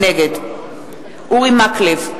נגד אורי מקלב,